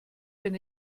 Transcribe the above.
wenn